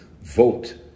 vote